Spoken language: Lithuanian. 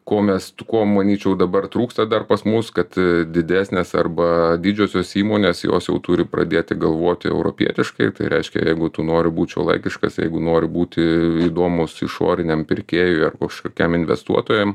ko mes ko manyčiau dabar trūksta dar pas mus kad didesnės arba didžiosios įmonės jos jau turi pradėti galvoti europietiškai tai reiškia jeigu tu nori būt šiuolaikiškas jeigu nori būti įdomus išoriniam pirkėjui ar kažkokiam investuotojam